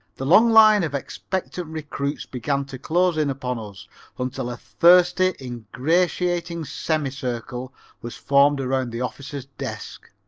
the long line of expectant recruits began to close in upon us until a thirsty, ingratiating semi-circle was formed around the officer's desk.